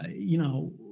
you know,